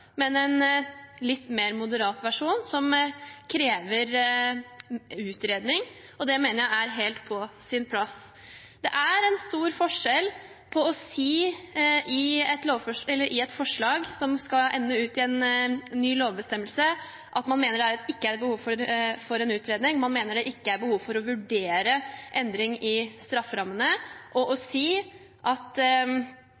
men at det er en litt mer moderat versjon, som krever utredning. Og det mener jeg er helt på sin plass. Det er en stor forskjell på å si, i et forslag som skal ende ut i en ny lovbestemmelse, at man mener at det ikke er et behov for en utredning, at man mener det ikke er behov for å vurdere endring av strafferammene, og å